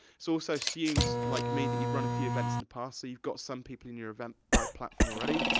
so also assumes, like me, that you've run a few events in the past, so you've got some people in your eventbrite platform already.